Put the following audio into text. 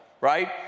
right